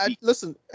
listen